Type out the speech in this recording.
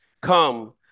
Come